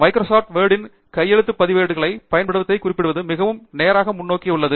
Microsoft வேர்ட்டின் கையெழுத்துப் பதிவேடுகளைப் பயன்படுத்துவதைக் குறிப்பிடுவது மிகவும் நேராக முன்னோக்கி உள்ளது